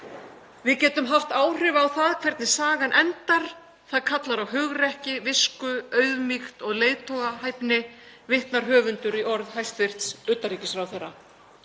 „Við getum haft áhrif á það hvernig sagan endar. Það kallar á hugrekki, visku, auðmýkt og leiðtogahæfni“, vitnar höfundur í orð hæstv. utanríkisráðherra.